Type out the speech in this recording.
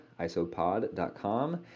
isopod.com